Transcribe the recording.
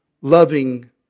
loving